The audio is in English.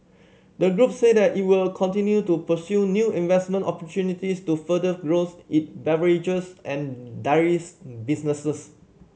the group said that it will continue to pursue new investment opportunities to further growth it beverages and dairies businesses